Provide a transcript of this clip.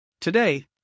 Today